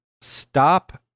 Stop